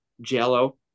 jello